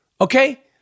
okay